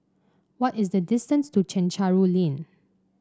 what is the distance to Chencharu Lane